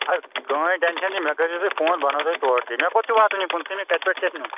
اَدٕ کٕہۭنۍ ٹٮ۪نشَن چھِ مےٚ کٔرۍزیو تُہۍ فون بہٕ اَنو تۄہہِ تورٕ تہِ مےٚ کوٚت چھِ واتُن یہِ پٕنژہٲمہِ کَتہِ پٮ۪ٹھ چھُ اَسہِ نیُن